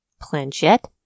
planchette